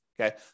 Okay